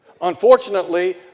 Unfortunately